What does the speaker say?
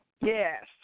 yes